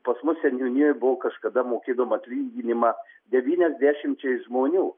pas mus seniūnijoj buvo kažkada mokėdavom atlyginimą devyniasdešimčiai žmonių